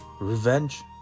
revenge